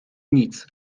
nic